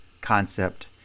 concept